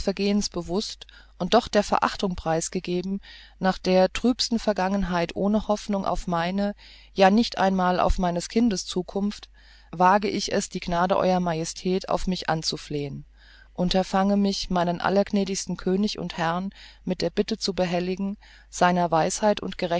bewust und doch der verachtung preisgegeben nach der trübsten vergangenheit ohne hoffnung auf meine ja nicht einmal auf meines kindes zukunft wage ich es die gnade ew majestät für mich anzuflehen unterfange mich meinen allergnädigsten könig und herrn mit der bitte zu behelligen seiner weisheit